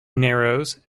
narrows